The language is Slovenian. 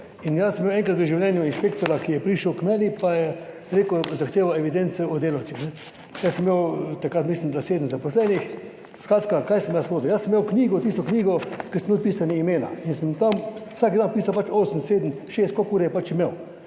in jaz sem imel enkrat v življenju inšpektorja, ki je prišel k meni, pa je rekel, zahteval evidence o delavcih, ne, jaz sem imel takrat, mislim, da sedem zaposlenih, skratka, kaj sem jaz vodil? Jaz sem imel knjigo, tisto knjigo, kjer sem noter imel pisana imena in sem tam vsak dan pisal, pač 8, 7, 6, koliko ur je pač imel.